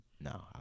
No